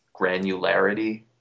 granularity